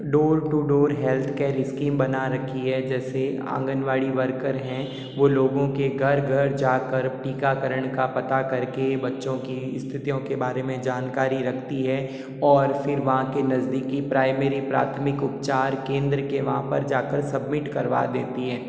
door to door health care scheme बना रखी है जैसे आंगनवाड़ी वर्कर हैं वो लोगों के घर घर जाकर टीकाकरण का पता करके बच्चों की स्थितियों के बारे में जानकारी रखती है और फिर वहाँ के नजदीकी प्राइमरी प्राथमिक उपचार केंद्र के वहाँ पर जाकर सबमिट करवा देती हैं